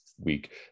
week